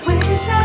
Wish